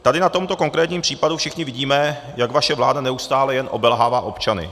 Tady na tomto konkrétním případu všichni vidíme, jak vaše vláda neustále jen obelhává občany.